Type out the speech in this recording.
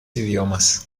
idiomas